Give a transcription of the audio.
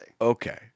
Okay